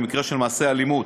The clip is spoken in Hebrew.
במקרה של מעשה אלימות,